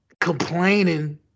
complaining